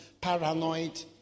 paranoid